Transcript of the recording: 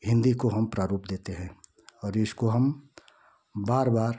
हिन्दी को हम प्रारूप देते हैं और इसको हम बार बार